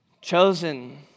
chosen